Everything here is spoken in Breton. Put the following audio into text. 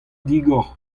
digor